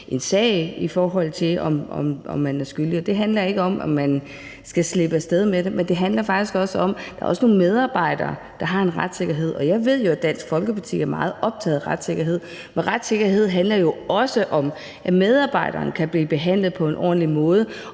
en sag, i forhold til om man er skyldig. Og det handler ikke om, om man skal slippe af sted med det, men det handler faktisk også om, at der er nogle medarbejdere, der har en retssikkerhed. Og jeg ved, at Dansk Folkeparti er meget optaget af retssikkerhed, men retssikkerhed handler jo også om, at medarbejderen kan blive behandlet på en ordentlig måde,